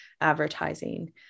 advertising